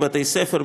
בתי-ספר,